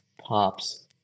pops